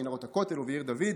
במנהרות הכותל ובעיר דוד,